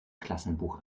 klassenbuch